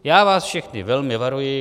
Já vás všechny velmi varuji.